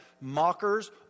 mockers